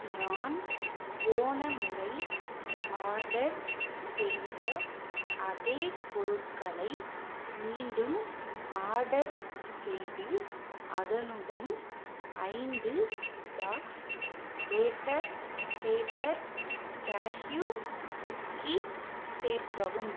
நான் போன முறை ஆர்டர் செய்த அதே பொருட்களை மீண்டும் ஆர்டர் செய்து அதனுடன் ஐந்து box butter chatter cashew cookie சேர்க்கவும்